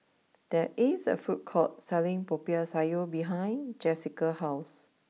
there is a food court selling Popiah Sayur behind Jesica's house